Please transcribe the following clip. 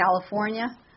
California